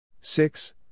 Six